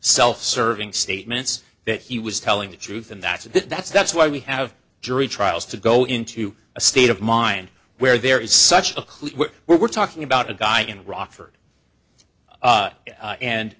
self serving statements that he was telling the truth and that's that's that's why we have jury trials to go into a state of mind where there is such a clear we're talking about a guy in rockford a